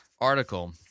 article